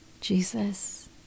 Jesus